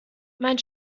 mein